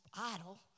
idol